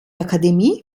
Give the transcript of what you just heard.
akademie